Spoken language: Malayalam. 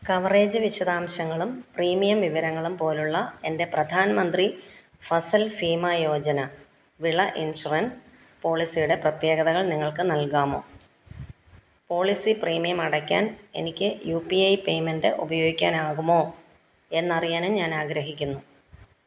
കവറേജ് വിശദാംശങ്ങളും പ്രീമിയം വിവരങ്ങളും പോലുള്ള എൻ്റെ പ്രധാൻ മന്ത്രി ഫസൽ ഭീമ യോജന വിള ഇൻഷുറൻസ് പോളിസിയുടെ പ്രത്യേകതകൾ നിങ്ങൾക്ക് നൽകാമോ പോളിസി പ്രീമിയം അടയ്ക്കാൻ എനിക്ക് യു പി ഐ പേയ്മെൻറ് ഉപയോഗിക്കാനാകുമോ എന്നറിയാനും ഞാൻ ആഗ്രഹിക്കുന്നു